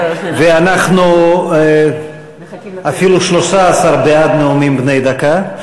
ואנחנו, אפילו 13 בעד נאומים בני דקה.